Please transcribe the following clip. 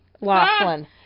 Laughlin